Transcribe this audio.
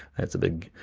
that's a big,